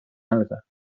alga